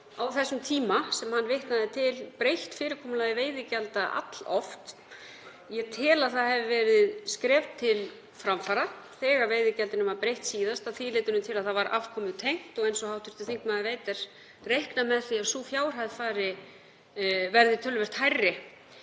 á þeim tíma sem hann vitnaði til breytt fyrirkomulagi veiðigjalda alloft. Ég tel að það hafi verið skref til framfara þegar veiðigjaldinu var breytt síðast að því leyti til að það var afkomutengt og eins og hv. þingmaður veit er reiknað með því að sú fjárhæð verði töluvert hærri